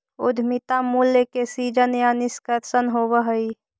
उद्यमिता मूल्य के सीजन या निष्कर्षण होवऽ हई